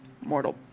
mortal